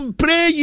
pray